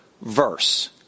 verse